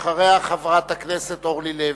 אחריה, חברת הכנסת אורלי לוי.